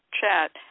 chat